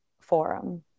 forum